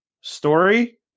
story